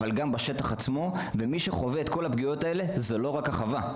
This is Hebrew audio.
אבל גם בשטח עצמו ומי שחווה את כל הפגיעות האלה זו לא רק החווה,